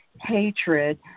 hatred